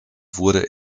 wurde